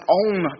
own